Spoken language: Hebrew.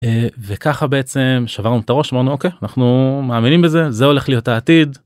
וככה בעצם שברנו את הראש ואמרנו אוקיי אנחנו מאמינים בזה, זה הולך להיות העתיד,